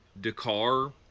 Dakar